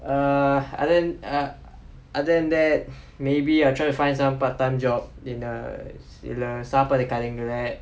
uh and then uh other than that maybe I try to find some part time job in a சில சாப்பாட கடைங்கில:sila saapaada kadaingkila